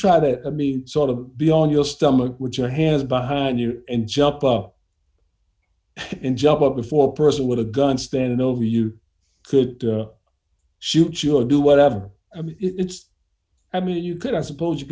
it i mean sort of beyond your stomach with your hands behind you and jump up and jump up before person with a gun standing over you could shoot you or do whatever i mean it's i mean you could i suppose you